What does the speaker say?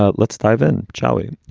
ah let's dive in. charlie,